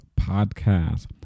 podcast